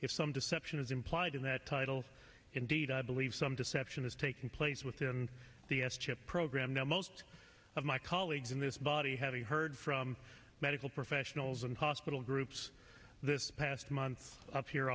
some deception is implied in that title indeed i believe some deception is taking place within the s chip program now most of my colleagues in this body having heard from medical professionals and hospital groups this past month up here